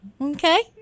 okay